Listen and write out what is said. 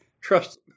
trust